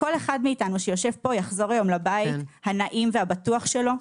כל אחד מאתנו שיושב פה יחזור לבית הנעים והבטוח שלו.